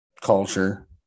culture